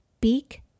beak